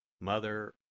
Mother